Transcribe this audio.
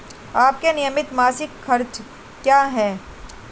आपके नियमित मासिक खर्च क्या हैं?